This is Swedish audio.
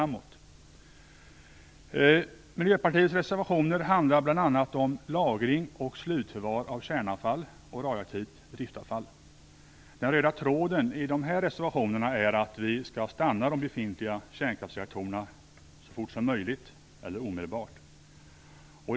Miljöpartiets reservationer handlar bl.a. om lagring och slutförvar av kärnavfall och radioaktivt driftavfall. En röd tråd när det gäller dessa reservationer är att vi skall stanna befintliga kärnkraftsreaktorer så fort som möjligt, eller omedelbart.